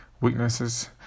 weaknesses